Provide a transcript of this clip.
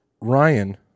Ryan